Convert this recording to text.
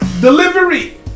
Delivery